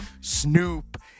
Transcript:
Snoop